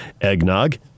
eggnog